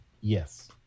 Yes